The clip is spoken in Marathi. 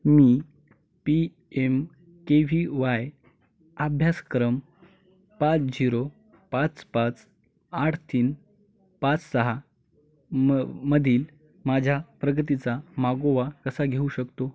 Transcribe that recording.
मी P M K V Y अभ्यासक्रम पाच झिरो पाच पाच आठ तीन पाच सहा म मधील माझ्या प्रगतीचा मागोवा कसा घेऊ शकतो